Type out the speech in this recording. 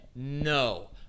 No